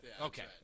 Okay